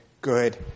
good